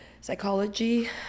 psychology